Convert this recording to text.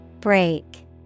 Break